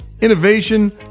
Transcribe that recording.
innovation